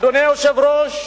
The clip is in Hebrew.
אדוני היושב-ראש,